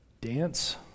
dance